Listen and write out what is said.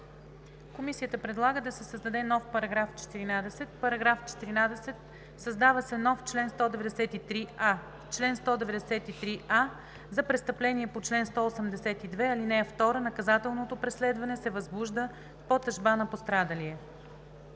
Комисията предлага да се създаде нов § 14: „§ 14. Създава се нов чл. 193а: „Чл. 193а. За престъпление по чл. 182, ал. 2 наказателното преследване се възбужда по тъжба на пострадалия.“